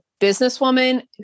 businesswoman